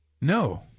No